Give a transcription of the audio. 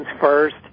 first